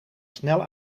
snel